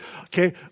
okay